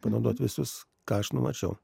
panaudoti visus ką aš numačiau